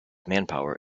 manpower